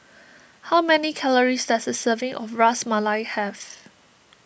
how many calories does a serving of Ras Malai have